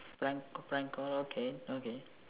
prank prank call okay okay